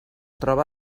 troba